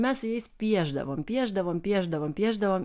mes su jais piešdavome piešdavome piešdavome piešdavome